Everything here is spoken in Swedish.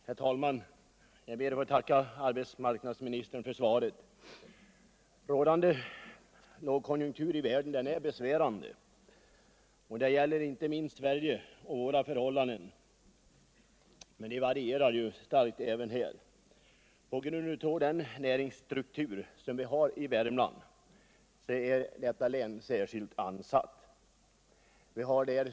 Herr talman! Jag ber att få tacka arbetsmarknadsministern för svaret på min fråga. Rådande lågkonjunktur i världen är besvärande, och det gäller inte minst för Sverige, även om förhållandena varierar starkt också här. På grund av den näringsstruktur som vi har i Värmland är detta län särskilt ansatt.